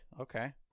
okay